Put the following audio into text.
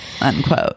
unquote